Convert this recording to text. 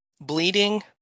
bleeding